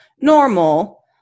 normal